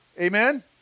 Amen